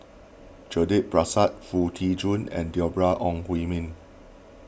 Judith Prakash Foo Tee Jun and Deborah Ong Hui Min